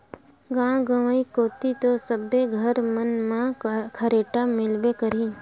गाँव गंवई कोती तो सबे घर मन म खरेटा मिलबे करही